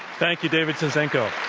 thank you, david zinczenko.